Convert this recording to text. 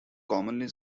commonly